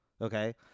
okay